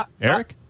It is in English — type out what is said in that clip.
Eric